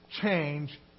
change